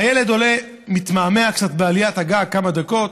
הילד עולה, מתמהמה קצת בעליית הגג, כמה דקות.